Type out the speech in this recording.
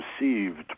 received